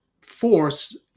force